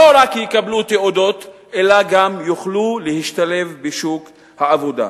לא רק יקבלו תעודות אלא גם יוכלו להשתלב בשוק העבודה.